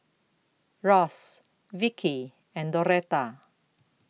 Ross Vicky and Doretha